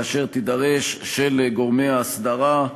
כאשר תידרש, של גורמי ההסדרה,